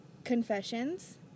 confessions